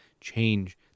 change